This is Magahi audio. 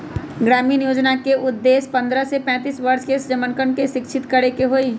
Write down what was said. ग्रामीण कौशल्या योजना के उद्देश्य पन्द्रह से पैंतीस वर्ष के जमनकन के शिक्षित करे के हई